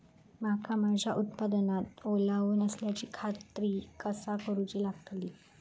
मका माझ्या उत्पादनात ओलावो नसल्याची खात्री कसा करुची लागतली?